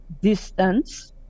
distance